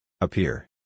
appear